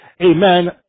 amen